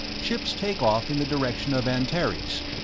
ships take off in the direction of antares.